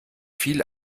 viel